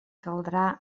caldrà